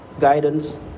guidance